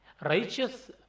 Righteous